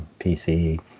pc